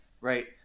right